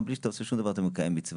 גם בלי שאתה עושה שום דבר אתה מקיים מצווה.